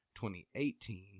2018